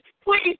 please